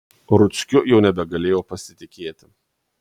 ruckiu jau nebegalėjau pasitikėti